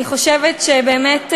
אני חושבת שבאמת,